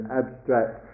abstract